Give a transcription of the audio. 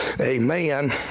Amen